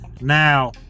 Now